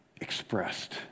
expressed